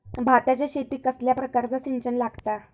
भाताच्या शेतीक कसल्या प्रकारचा सिंचन लागता?